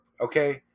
okay